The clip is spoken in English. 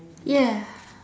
ya